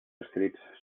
escrits